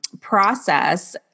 process